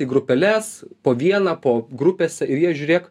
į grupeles po vieną po grupės ir jie žiūrėk